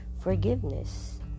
forgiveness